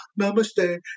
namaste